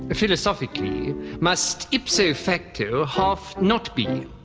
ah philosophically must ipso facto half not be.